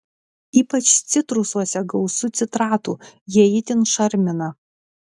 ypač citrusuose gausu citratų jie itin šarmina